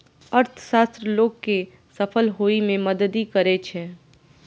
अर्थशास्त्र लोग कें सफल होइ मे मदति करै छै